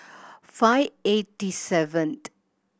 five eighty seventh